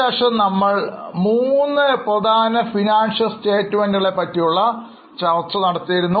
ശേഷം നമ്മൾ മൂന്ന് പ്രധാന സാമ്പത്തിക പ്രസ്താവനകളെ പറ്റി ചർച്ച ചെയ്തു